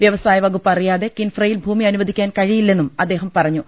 വൃവസായ വകുപ്പ് അറിയാതെ കിൻഫ്രയിൽ ഭൂമി അനുവദിക്കാൻ കഴിയിലെന്നും അദ്ദേഹം പറഞ്ഞു